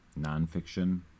nonfiction